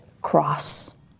cross